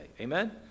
Amen